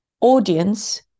audience